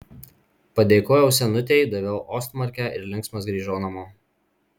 padėkojau senutei daviau ostmarkę ir linksmas grįžau namo